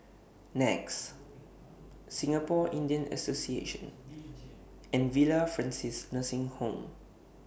NE X Singapore Indian Association and Villa Francis Nursing Home